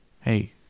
hey